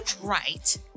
right